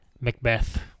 Macbeth